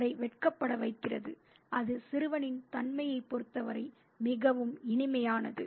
அவரை வெட்கப்பட வைக்கிறது அது சிறுவனின் தன்மையைப் பொறுத்தவரை மிகவும் இனிமையானது